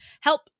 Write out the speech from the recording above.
Help